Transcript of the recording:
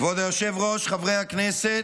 כבוד היושב-ראש, חברי הכנסת,